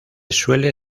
suele